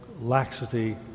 laxity